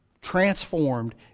transformed